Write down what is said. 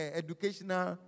educational